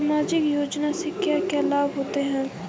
सामाजिक योजना से क्या क्या लाभ होते हैं?